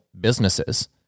businesses